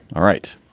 all right.